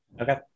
Okay